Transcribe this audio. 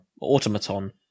automaton